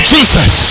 Jesus